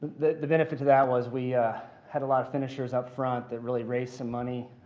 the the benefit to that was we had a lot of finishers up front that really raised some money,